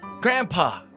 Grandpa